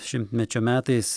šimtmečio metais